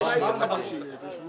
הייתי מעיף אותך החוצה עכשיו.